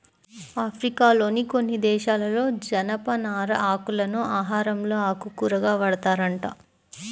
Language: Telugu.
ఆఫ్రికాలోని కొన్ని దేశాలలో జనపనార ఆకులను ఆహారంలో ఆకుకూరగా వాడతారంట